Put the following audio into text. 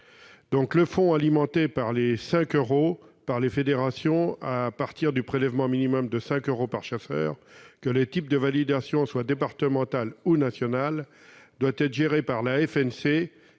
Le fonds alimenté par les fédérations à partir du prélèvement minimum de 5 euros par chasseur, que le type de validation soit départemental ou national, doit être géré par la